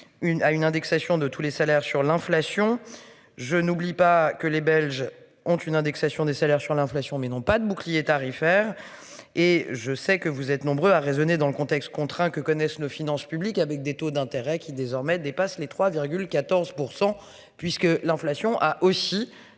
à une indexation de tous les salaires sur l'inflation. Je n'oublie pas que les belges ont une indexation des salaires sur l'inflation mais n'ont pas de bouclier tarifaire. Et je sais que vous êtes nombreux à raisonner dans le contexte contraint que connaissent nos finances publiques, avec des taux d'intérêt qui désormais dépasse les 3 14 %, puisque l'inflation a aussi